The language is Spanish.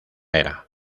era